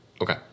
Okay